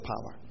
power